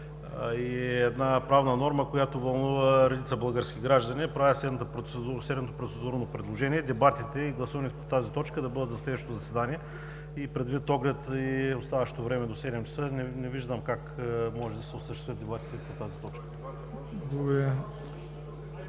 и е правна норма, която вълнува редица български граждани, правя следното процедурно предложение – дебатите и гласуването на тази точка да бъдат за следващото заседание. Предвид оставащото време до 19,00 ч. не виждам как може да се осъществят дебатите по тази точка.